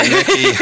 Nikki